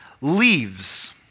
leaves